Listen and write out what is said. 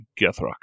Gethrock